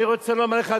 אני רוצה לומר לך,